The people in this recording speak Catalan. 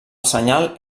senyal